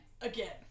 Again